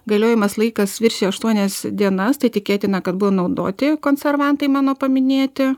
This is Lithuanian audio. galiojamas laikas viršija aštuonias dienas tai tikėtina kad buvo naudoti konservantai mano paminėti